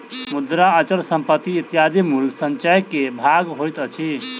मुद्रा, अचल संपत्ति इत्यादि मूल्य संचय के भाग होइत अछि